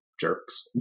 jerks